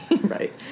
Right